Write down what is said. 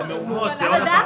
זה מהומות, זה לא נזק מלחמה.